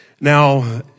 Now